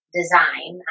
design